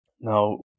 Now